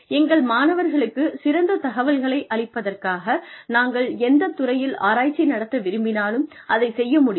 எங்கள் மாணவர்களுக்குச் சிறந்த தகவல்களை அளிப்பதற்காக நாங்கள் எந்த துறையில் ஆராய்ச்சி நடத்த விரும்பினாலும் அதைச் செய்ய முடியும்